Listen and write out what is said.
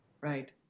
right